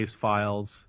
files